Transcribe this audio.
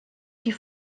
die